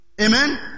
Amen